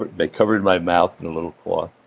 but they covered my mouth in a little cloth